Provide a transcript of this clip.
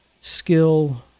skill